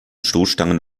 stoßstangen